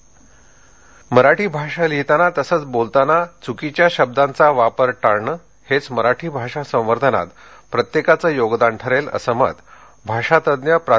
मराठीभाषा संवर्धन दिन मराठी भाषा लिहिताना तसंच बोलताना चुकीच्या शब्दांचा वापर टाळणं हेच मराठी भाषा संवर्धनात प्रत्येकाचं योगदान ठरेल असं मत भाषातज्ज्ञ प्रा